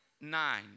Nine